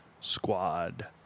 Squad